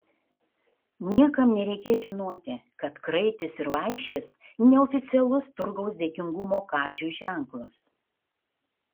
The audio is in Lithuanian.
niekam nereikės žinoti kad kraitis ir vaišės neoficialus turgaus dėkingumo kadžiui ženklas